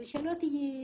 שלא תהיי בהיסטריה,